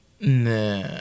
Nah